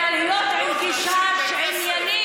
אלא להיות עם גישה עניינית,